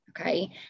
Okay